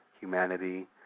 humanity